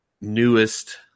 newest